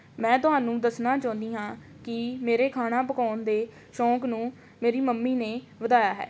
ਮੈਂ ਤੁਹਾਨੂੰ ਦੱਸਣਾ ਚਾਹੁੰਦੀ ਹਾਂ ਕਿ ਮੇਰੇ ਖਾਣਾ ਪਕਾਉਣ ਦੇ ਸ਼ੌਂਕ ਨੂੰ ਮੇਰੀ ਮੰਮੀ ਨੇ ਵਧਾਇਆ ਹੈ